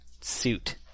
suit